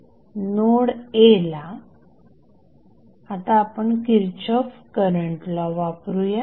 node a ला आता आपण किरचॉफ करंट लॉ वापरूया